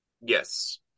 Yes